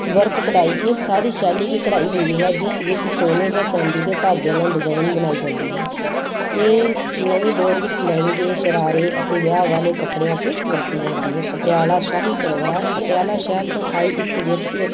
work ਕਢਾਈ ਇਹ ਸਾਰੀ ਸ਼ੈਲੀ ਦੀ ਕਢਾਈ ਹੁੰਦੀ ਹੈ ਜਿਸ ਵਿੱਚ ਸੋਨੇ ਜਾਂ ਚਾਂਦੀ ਦੇ ਧਾਗਿਆਂ ਨਾਲ ਡਿਜ਼ਾਇਨ ਬਣਾਈ ਜਾਂਦੀ ਹੈ ਇਹ ਨਵੀਂ ਦੌਰ ਵਿੱਚ ਲਹਿੰਗੇ ਸ਼ਰਾਰੇ ਅਤੇ ਵਿਆਹ ਵਾਲੇ ਕੱਪੜਿਆਂ 'ਚ ਵਰਤੀ ਜਾਂਦੀ ਹੈ ਪਟਿਆਲਾ ਸ਼ਾਹੀ ਸਲਵਾਰ ਪਟਿਆਲਾ ਸ਼ਹਿਰ ਤੋਂ ਆਈ ਇੱਕ ਵਿਅਕਤੀ